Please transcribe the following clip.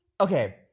okay